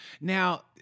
now